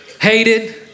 hated